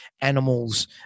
animals